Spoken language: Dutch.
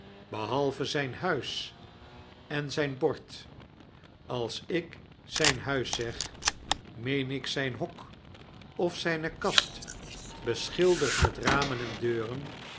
behalve zijn huis en zyn bord als ik zijn huis zeg meen ik zyn hok of zyne kast beschilderd met ramen en deuren